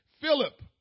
Philip